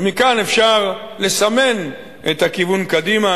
ומכאן אפשר לסמן את הכיוון קדימה.